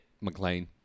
McLean